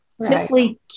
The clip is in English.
simply